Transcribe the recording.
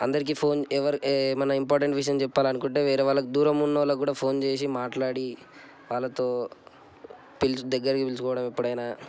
అందరికీ ఫోన్ ఏమన్నా ఇంపార్టెంట్ విషయం చెప్పాలనుకుంటే వేరే వాళ్ళకు దూరం ఉన్న వాళ్ళకు కూడా ఫోన్ చేసి మాట్లాడి వాళ్ళతో పిలిచి దగ్గరికి పిల్చుకోవడం ఎప్పుడైనా